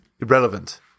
irrelevant